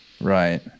Right